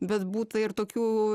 bet būta ir tokių